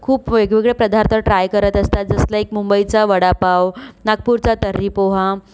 ते खूप वेगवेगळे पदार्थ ट्राय करत असतात जस्ट लाईक मुंबईचा वडापाव नागपूरचा तर्री पोहा